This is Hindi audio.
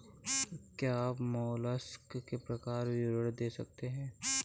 क्या आप मोलस्क के प्रकार का विवरण दे सकते हैं?